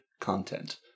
content